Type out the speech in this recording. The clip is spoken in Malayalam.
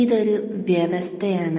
ഇത് ഒരു വ്യവസ്ഥയാണ്